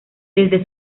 desde